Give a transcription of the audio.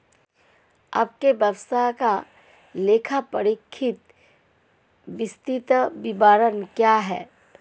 आपके व्यवसाय का लेखापरीक्षित वित्तीय विवरण कहाँ है?